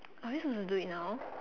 are we supposed to do it now